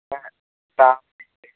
പിന്നെ താമരയുണ്ട്